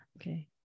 Okay